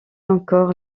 encore